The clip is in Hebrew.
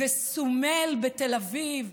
וסומייל בתל אביב,